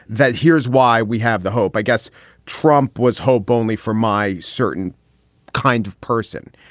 that here's why we have the hope. i guess trump was hope only for my certain kind of person.